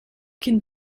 can